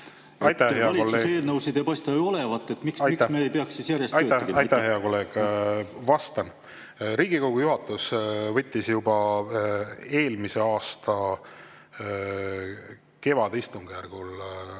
protseduuri kohta. Aitäh, hea kolleeg! Vastan. Riigikogu juhatus võttis juba eelmise aasta kevadistungjärgul